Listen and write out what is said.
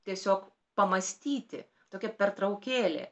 tiesiog pamąstyti tokia pertraukėlė